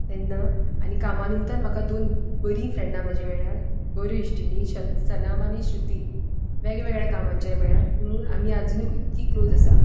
तेन्ना आनी कामां निमतान म्हाका दोन बरी फ्रेंडां म्हजी मेळ्ळा बऱ्यो इश्टीनीं शन सनम आनी श्रुती वेगवेगळ्या कामांचेर मेळ्ळा पूण आमी आजुनूय इतकी क्लॉज आसा